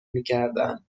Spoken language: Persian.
میکردن